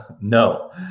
No